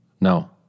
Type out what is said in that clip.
No